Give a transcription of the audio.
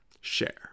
Share